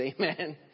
amen